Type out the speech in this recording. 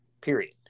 period